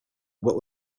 what